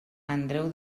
andreu